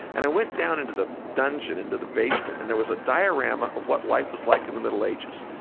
and i went down into the dungeon, into the basement, and there was a diorama of what life was like in the middle ages.